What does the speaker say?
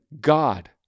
God